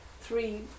three